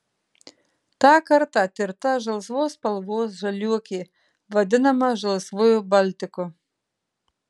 tą kartą tirta žalsvos spalvos žaliuokė vadinama žalsvuoju baltiku